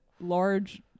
large